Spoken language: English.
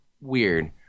weird